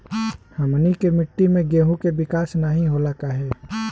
हमनी के मिट्टी में गेहूँ के विकास नहीं होला काहे?